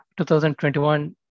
2021